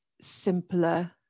simpler